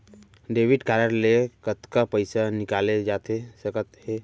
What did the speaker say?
Debit card ले कतका पइसा निकाले जाथे सकत हे?